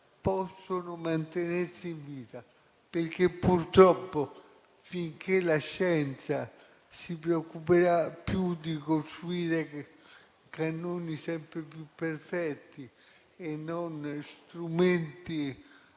possono mantenersi in vita? Purtroppo, finché la scienza si preoccuperà più di costruire cannoni sempre più perfetti e non strumenti